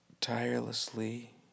tirelessly